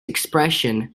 expression